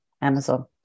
Amazon